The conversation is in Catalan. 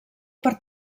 per